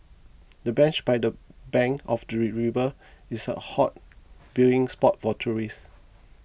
the bench by the bank of the river is a hot viewing spot for tourists